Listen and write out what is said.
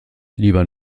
lieber